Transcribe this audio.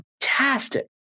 fantastic